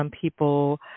people